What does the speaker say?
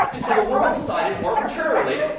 and so the world decided arbitrarily,